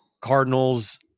Cardinals